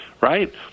right